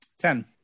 Ten